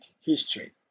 history